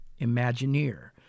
imagineer